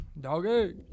Doggy